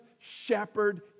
shepherd